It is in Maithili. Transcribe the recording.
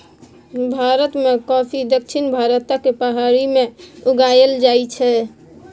भारत मे कॉफी दक्षिण भारतक पहाड़ी मे उगाएल जाइ छै